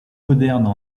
modernes